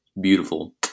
beautiful